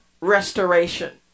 restoration